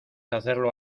hacerlo